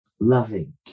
Loving